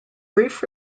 brief